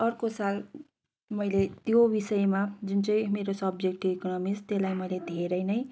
अर्को साल मैले त्यो विषयमा जुन चाहिँ मेरो सब्जेक्ट थियो इकोनमिक्स त्यसलाई मैले धेरै नै